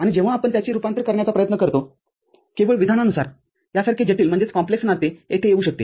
आणि जेव्हा आपण त्याचे रुपांतर करण्याचा प्रयत्न करतोकेवळ विधानानुसार यासारखे जटिल नाते येथे येऊ शकते